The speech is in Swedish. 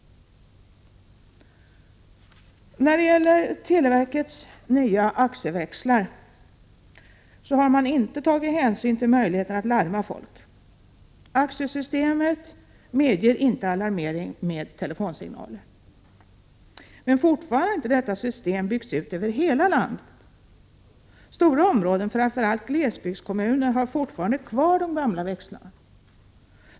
När det gäller televerkets nya AXE-växlar vill jag peka på att man inte har tagit hänsyn till möjligheten att larma folk. AXE-systemet medger inte 111 alarmering med telefonsignaler. Men ännu har inte detta system byggts ut över hela landet. Stora områden, framför allt glesbygdskommuner, har fortfarande kvar de gamla växlarna.